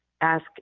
ask